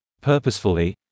purposefully